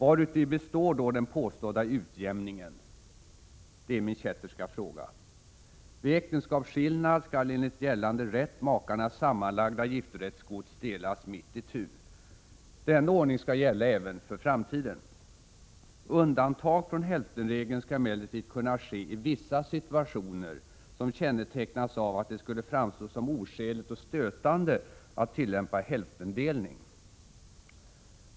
Varuti består då den påstådda utjämningen? Det är min kätterska fråga. Vid äktenskapsskillnad skall enligt gällande rätt makarnas sammanlagda giftorättsgods delas mitt itu. Denna ordning skall gälla även för framtiden. Undantag från hälftenregeln skall emellertid kunna ske i vissa situationer, som kännetecknas av att det skulle framstå som oskäligt och stötande att tillämpa hälftendelning.